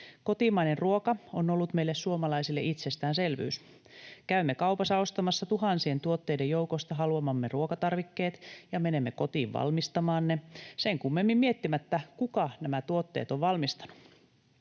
Kotimainen ruoka on ollut meille suomalaisille itsestäänselvyys. Käymme kaupassa ostamassa tuhansien tuotteiden joukosta haluamamme ruokatarvikkeet ja menemme kotiin valmistamaan ne sen kummemmin miettimättä, kuka nämä tuotteet on valmistanut.